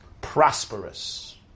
prosperous